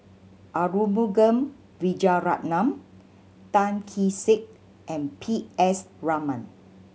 Arumugam Vijiaratnam Tan Kee Sek and P S Raman